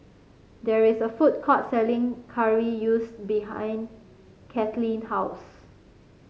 there is a food court selling behind Kathleen house